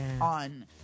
on